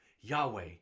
Yahweh